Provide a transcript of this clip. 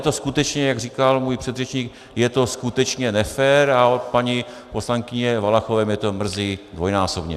Ale je to skutečně, jak říkal můj předřečník, je to skutečně nefér a od paní poslankyně Valachové mě to mrzí dvojnásobně.